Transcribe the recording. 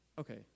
okay